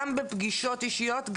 גם בפגישות אישיות,